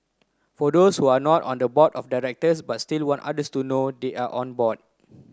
for those who are not on the board of but still want others to know they are on born